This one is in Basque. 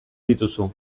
dituzu